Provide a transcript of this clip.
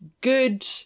good